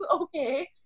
okay